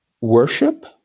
worship